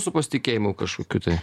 su pasitikėjimu kažkokių tai